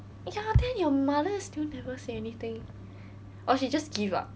ya then your mother still never say anything or she just give up